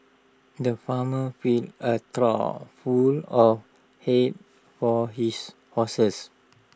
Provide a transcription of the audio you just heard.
the farmer filled A trough full of hay for his horses